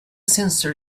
sensor